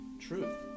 truth